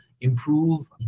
improve